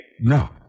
No